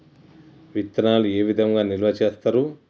విత్తనాలు ఏ విధంగా నిల్వ చేస్తారు?